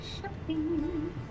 Shopping